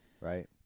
Right